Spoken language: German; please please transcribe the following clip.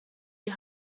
die